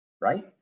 right